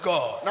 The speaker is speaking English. God